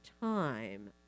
time